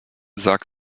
sagt